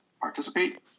participate